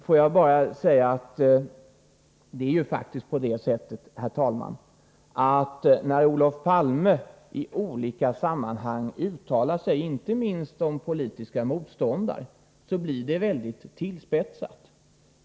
Får jag bara säga att det faktiskt är på det sättet, herr talman, att när Olof Palme i olika sammanhang uttalar sig, inte minst om sina politiska motståndare, blir det väldigt tillspetsat.